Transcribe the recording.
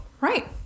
right